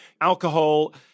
Alcohol